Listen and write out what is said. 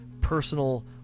personal